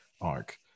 arc